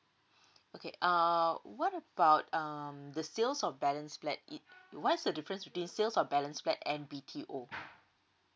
okay err what about um the sales of balance flat it what's the difference between sales of balance flat and B_T_O